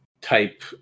type